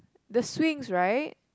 the swings right